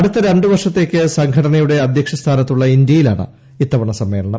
അടുത്ത രണ്ട് വർഷത്തേയ്ക്ക് സംഘനയുടെ അധ്യക്ഷ സ്ഥാനത്തുള്ള ഇന്ത്യയിലാണ് ഇത്തവണത്തെ സമ്മേളനം